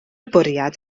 bwriad